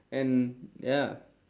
and ya